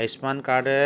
Ayushman কাৰ্ডে